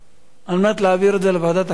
על מנת להעביר את זה לוועדת החינוך.